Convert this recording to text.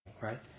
right